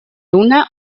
una